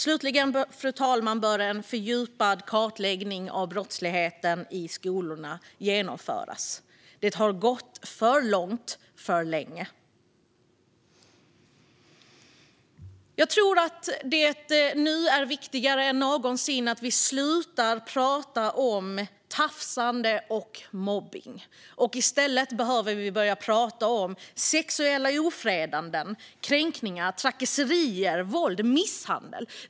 Slutligen, fru talman, bör en fördjupad kartläggning av brottsligheten i skolorna genomföras. Det har gått för långt, för länge. Jag tror att det nu är viktigare än någonsin att vi slutar att prata om tafsande och mobbning. I stället behöver vi börja prata om sexuella ofredanden, kränkningar, trakasserier, våld och misshandel.